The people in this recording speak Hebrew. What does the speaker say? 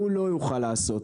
הוא לא יוכל לעשות.